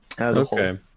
Okay